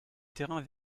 terrain